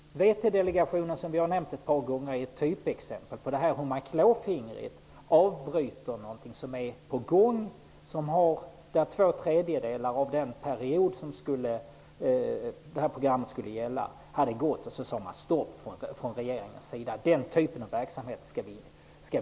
VT delegationen, som har nämnts ett par gånger, är ett typexempel på hur man klåfingrigt avbryter något som är på gång. När två tredjedelar av den period som programmet skulle gälla har gått, säger regeringen stopp.